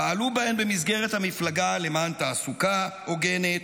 פעלו בהן במסגרת המפלגה למען תעסוקה הוגנת,